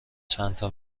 چندتا